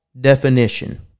definition